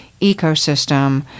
ecosystem